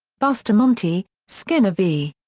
bustamonte skinner v.